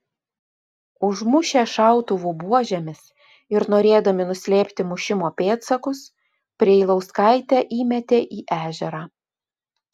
užmušę šautuvų buožėmis ir norėdami nuslėpti mušimo pėdsakus preilauskaitę įmetė į ežerą